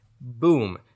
Boom